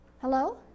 Hello